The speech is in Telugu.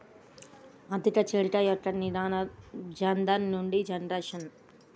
ఆర్థిక చేరిక యొక్క నినాదం జనధన్ నుండి జన్సురక్ష